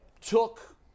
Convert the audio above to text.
took